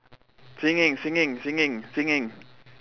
singing singing singing singing